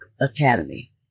Academy